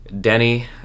Denny